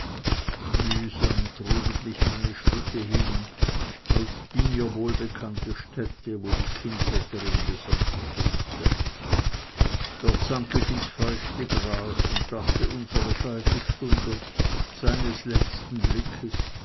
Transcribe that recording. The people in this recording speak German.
mühsam trugen mich meine schritte hin auf die mir wohlbekannte stätte wo die kindbetterin besonders ruhte dort sank ich ins feuchte gras und dachte unserer scheidestunde seines letzten blickes